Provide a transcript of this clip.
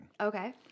Okay